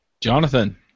Jonathan